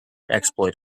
exploit